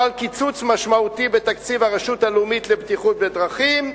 חל קיצוץ משמעותי בתקציב הרשות הלאומית לבטיחות בדרכים,